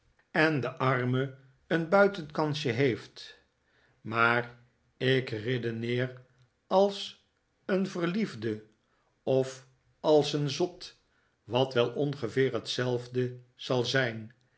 en de arme een buitennikolaas spreekt met mijnheer charles kansje heeft maar ik redeneer als een verliefde of als een zot wat wel ongeveer hetizelfde zal zijn